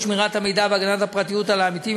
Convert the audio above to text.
שמירת המידע והגנת הפרטיות של העמיתים,